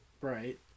Right